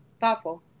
thoughtful